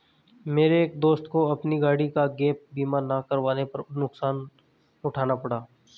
मेरे एक दोस्त को अपनी गाड़ी का गैप बीमा ना करवाने पर नुकसान उठाना पड़ा